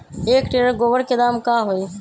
एक टेलर गोबर के दाम का होई?